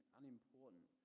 unimportant